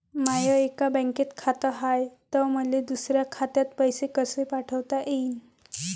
माय एका बँकेत खात हाय, त मले दुसऱ्या खात्यात पैसे कसे पाठवता येईन?